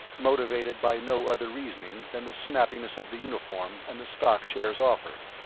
motivated by no other reasoning than the snappiness of the uniform and the stock shares offered,